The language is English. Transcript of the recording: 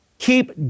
Keep